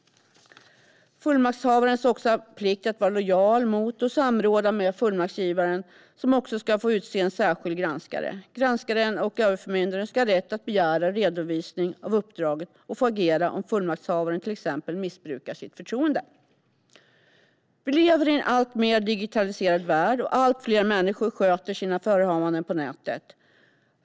Fullmaktshavaren ska ha en plikt att vara lojal mot och samråda med fullmaktsgivaren, som också ska få utse en särskild granskare. Granskaren och överförmyndaren ska ha rätt att begära redovisning av uppdraget och få agera om fullmaktshavaren till exempel missbrukar sitt förtroende. Vi lever i en alltmer digitaliserad värld och allt fler människor sköter sina förehavanden på nätet.